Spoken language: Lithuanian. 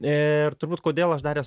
ir turbūt kodėl aš dar esu